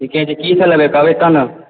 ठीक छै की सब लेबै कहबै तबे ने